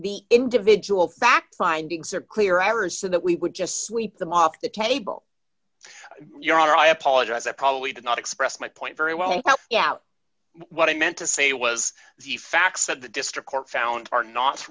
the individual facts findings are clear hours so that we would just sweep them off the table your honor i apologize i probably did not express my point very well yeah what i meant to say was the facts that the district court found are not